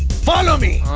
follow me.